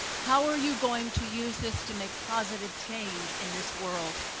how are you going to use this to make positive change in this world?